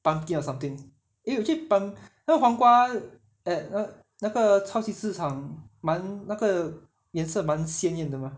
pumpkin or something eh actually pump~ 那个黄瓜 at err 那个超级市场蛮那个颜色蛮鲜艳的 mah